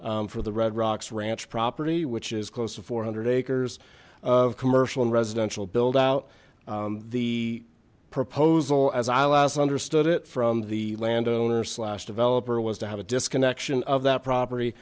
for the red rocks ranch property which is close to four hundred acres of commercial and residential build out the proposal as i lass understood it from the landowner slash developer was to have a disconnection of that property